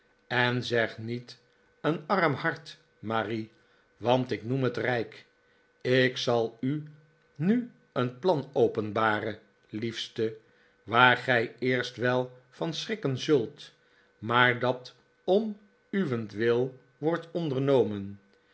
en zeg niet een arm hart marie want ik noem het rijk ik zal u nu een plan openbaren liefste waar gij eerst wel van schrikken zult maar dat om uwentwil wordt ondernomen